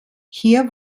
hier